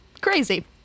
Crazy